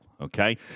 okay